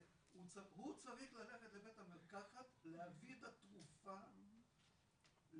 שהוא צריך ללכת לבית המרקחת להביא את התרופה לרופא,